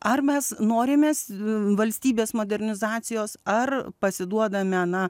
ar mes norime valstybės modernizacijos ar pasiduodame na